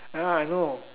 ya I know